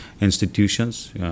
institutions